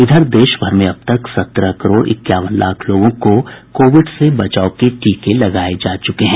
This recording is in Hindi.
इधर देश में अब तक सत्रह करोड़ इक्यावन लाख लोगों को कोविड से बचाव के टीके दिये जा चुके हैं